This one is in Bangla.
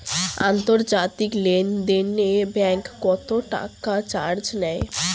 আন্তর্জাতিক লেনদেনে ব্যাংক কত টাকা চার্জ নেয়?